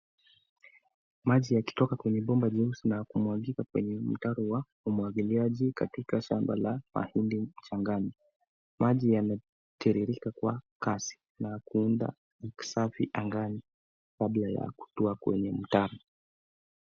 Maji yakitoka kwenye bomba jeusi na kumwagika kwenye mtaro wa umwagiliaji katika shamba la mahindi mchangani. Maji yanatiririka kwa kasi na kuunda kisafi angani kabla ya kutua kwenye mtaro.